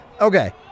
Okay